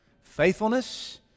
Faithfulness